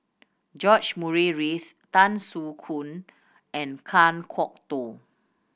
George Murray Reith Tan Soo Khoon and Kan Kwok Toh